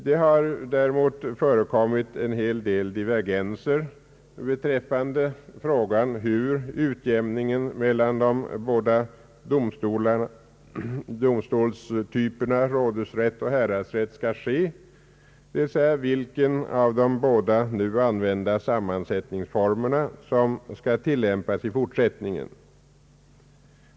Det har däremot förekommit en hel del divergenser beträffande frågan hur utjämningen mellan de båda domstolstyperna — rådhusrätt och häradsrätt — skall ske, dvs. vilken av de båda nu använda sammansättningsformerna som skall tillämpas i fortsättningen.